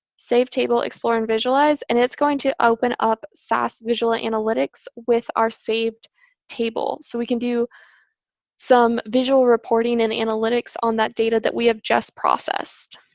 save table, explore and visualize, and it's going to open up sas visual ah analytics with our saved table. so we can do some visual reporting and analytics on that data that we have just processed.